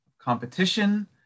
competition